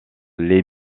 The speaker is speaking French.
les